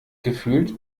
gefühlt